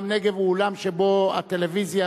אולם "נגב" הוא אולם שבו הטלוויזיה